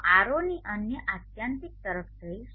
હું R0 ની અન્ય આત્યંતિક તરફ જઈશ